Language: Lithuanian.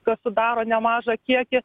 kas sudaro nemažą kiekį